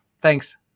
Thanks